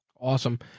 Awesome